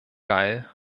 geil